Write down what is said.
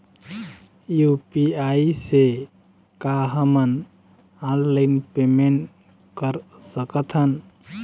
UPI से का हमन ऑनलाइन पेमेंट कर सकत हन?